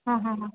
ಹಾಂ ಹಾಂ ಹಾಂ